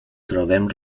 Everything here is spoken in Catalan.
trobem